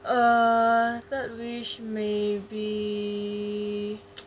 err third wish maybe